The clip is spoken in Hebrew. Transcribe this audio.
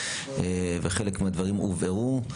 וחלק מהדברים הובהרו.